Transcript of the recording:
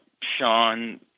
Sean